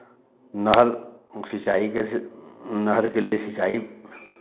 नहर सिंचाई कैसे नहर के लिए सिंचाई